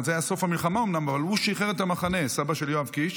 אומנם זה היה בסוף המלחמה, אבל סבא של יואב קיש